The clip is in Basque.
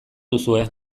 duzue